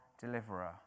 deliverer